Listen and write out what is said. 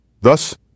Thus